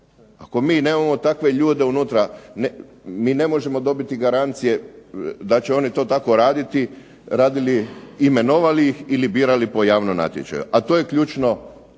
Ako mi nemamo takve ljude unutra mi ne možemo dobiti garancije da će oni to tako raditi, imenovali ih ili birali po javnom natječaju a to je ključno